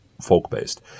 folk-based